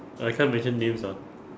I can't mention names ah